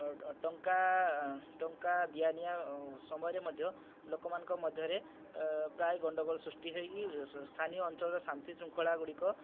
ଟଙ୍କା ଟଙ୍କା ଦିଆ ନିଆ ସମୟରେ ମଧ୍ୟ ଲୋକମାନଙ୍କ ମଧ୍ୟରେ ପ୍ରାୟ ଗଣ୍ଡଗୋଳ ସୃଷ୍ଟି ହୋଇକି ସ୍ଥାନୀୟ ଅଞ୍ଚଳର ଶାନ୍ତି ଶୃଙ୍ଖଳାଗୁଡ଼ିକ